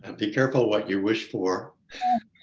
and be careful what you wish for.